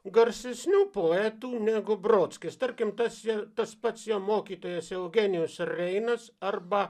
garsesnių poetų negu brodskis tarkim tas je tas pats jo mokytojas eugenijus reinas arba